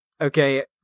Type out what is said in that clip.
okay